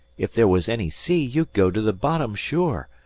ef there was any sea you'd go to the bottom, sure.